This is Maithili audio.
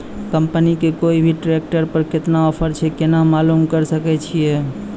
कंपनी के कोय भी ट्रेक्टर पर केतना ऑफर छै केना मालूम करऽ सके छियै?